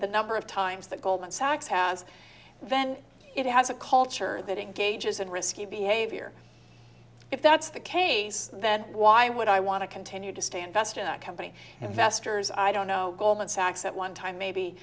the number of times that goldman sachs has then it has a culture that engages in risky behavior if that's the case then why would i want to continue to stay invested in a company investors i don't know goldman sachs at one time maybe